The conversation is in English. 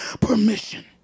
permission